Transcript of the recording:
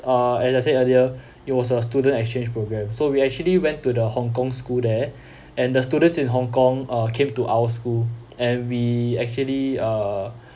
uh as I said earlier it was a student exchange programme so we actually went to the hong kong school there and the students in hong kong uh came to our school and we actually uh